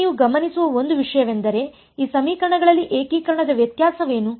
ಈಗ ನೀವು ಗಮನಿಸುವ ಒಂದು ವಿಷಯವೆಂದರೆ ಈ ಸಮೀಕರಣಗಳಲ್ಲಿ ಏಕೀಕರಣದ ವ್ಯತ್ಯಾಸವೇನು